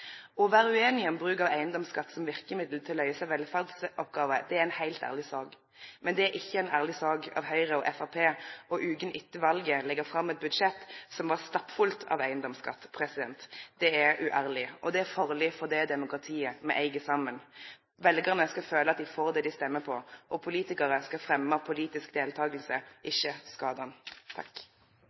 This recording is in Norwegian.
Å vere ueinig om bruk av eigedomsskatt som verkemiddel for å løyse velferdsoppgåver er ei heilt ærleg sak. Men det er ikkje ei ærleg sak av Høgre og Framstegspartiet veka etter valet å leggje fram eit budsjett som er stappfullt av eigedomsskatt. Det er uærleg, og det er farleg for det demokratiet me eig saman. Veljarane skal føle at dei får det dei stemmer på, og politikarar skal fremje politisk deltaking, ikkje